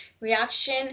reaction